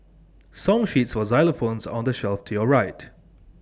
song sheets for xylophones are on the shelf to your right